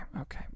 Okay